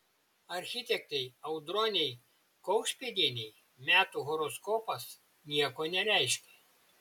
architektei audronei kaušpėdienei metų horoskopas nieko nereiškia